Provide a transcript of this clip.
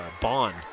Bond